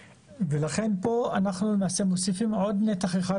ולכן אנחנו פה למעשה מוסיפים עוד נתח אחד